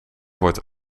wordt